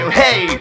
hey